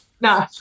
No